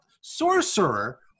Sorcerer